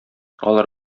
алар